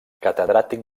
catedràtic